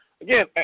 Again